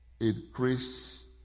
increase